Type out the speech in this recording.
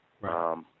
Right